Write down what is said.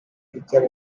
picture